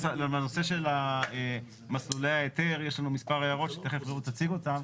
בנושא של מסלולי ההיתר יש לנו מספר הערות שתיכף רעות תציג אותן.